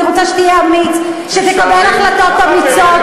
אני רוצה שתהיה אמיץ, שתקבל החלטות אמיצות,